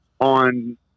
on